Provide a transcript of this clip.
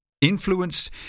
Influenced